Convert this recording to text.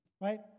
right